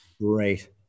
Great